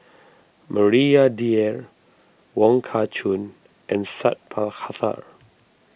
Maria Dyer Wong Kah Chun and Sat Pal Khattar